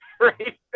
right